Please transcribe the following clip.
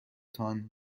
تان